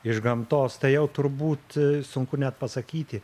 iš gamtos tai jau turbūt sunku net pasakyti